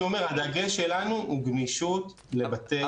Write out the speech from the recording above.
אני אומר: הדגש שלנו הוא גמישות לבתי הספר.